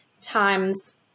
times